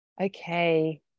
okay